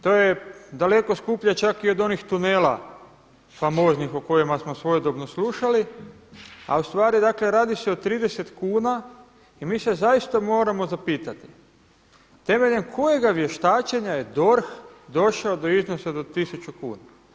To je daleko skuplje čak i od onih tunela famoznih o kojima smo svojedobno slušali, a ustvari dakle radi se o 30 kuna i mi se zaista moramo zapitati temeljem kojega je vještačenja DORH došao do iznosa do 1.000 kuna.